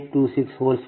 02 0